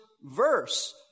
verse